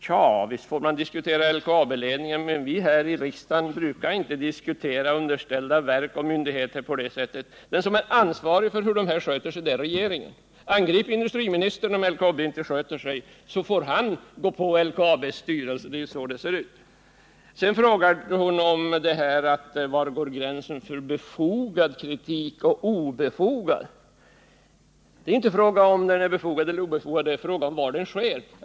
Tja, visst får man diskutera LKAB-ledningen, men vi här i riksdagen brukar inte diskutera underställda verk och myndigheter på det sättet. Ansvarig är regeringen. Angrip industriministern om LKAB inte sköter sig, så får han gå på LKAB:s styrelse. Det är så det skall gå till. Vidare frågade Eivor Marklund: Var går gränsen mellan befogad och obefogad kritik? Det är inte fråga om befogad eller obefogad kritik utan var den sker.